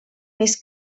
més